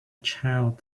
child